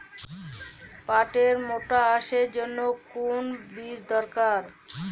পাটের মোটা আঁশের জন্য কোন বীজ দরকার?